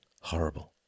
horrible